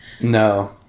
No